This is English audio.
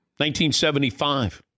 1975